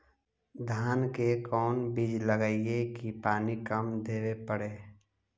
धान के कोन बिज लगईऐ कि पानी कम देवे पड़े?